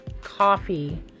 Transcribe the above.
coffee